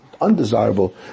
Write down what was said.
undesirable